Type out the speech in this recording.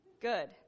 Good